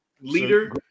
leader